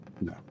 No